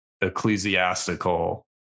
ecclesiastical